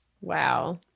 wow